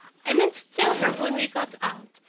i meant to tell her when we got out.